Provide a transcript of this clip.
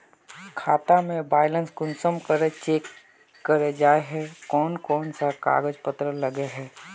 खाता में बैलेंस कुंसम चेक करे जाय है कोन कोन सा कागज पत्र लगे है?